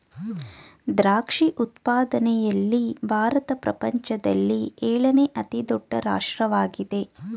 ದ್ರಾಕ್ಷಿ ಉತ್ಪಾದನೆಯಲ್ಲಿ ಭಾರತ ಪ್ರಪಂಚದಲ್ಲಿ ಏಳನೇ ಅತಿ ದೊಡ್ಡ ರಾಷ್ಟ್ರವಾಗಿದೆ